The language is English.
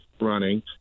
Running